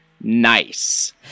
nice